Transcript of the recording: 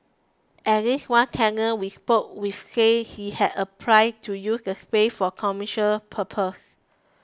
at least one tenant we spoke with said he had applied to use the space for commercial purposes